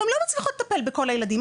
ולא הם לא מצליחות לטפל בכל הילדים.